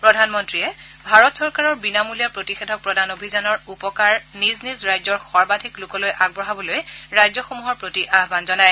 প্ৰধানমন্তীয়ে ভাৰতৰ চৰকাৰৰ বিনামূলীয়া প্ৰতিষেধক প্ৰদান অভিযানৰ উপকাৰ নিজ নিজ ৰাজ্যৰ সৰ্বাধিক লোকলৈ আগবঢ়াবলৈ ৰাজ্যসমূহৰ প্ৰতি আহান জনায়